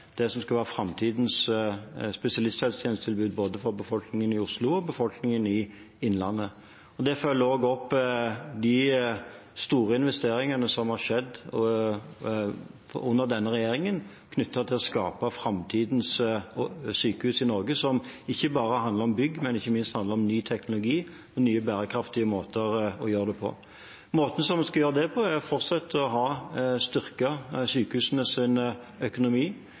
det som skal være framtidens spesialisthelsetjenestetilbud for både befolkningen i Oslo og befolkningen i Innlandet. Det følger også opp de store investeringene som har skjedd under denne regjeringen, knyttet til å skape framtidens sykehus i Norge – noe som ikke bare handler om bygg, men ikke minst handler om ny teknologi og nye bærekraftige måter å gjøre det på. Måten vi skal gjøre det på, er å fortsette å styrke sykehusenes økonomi,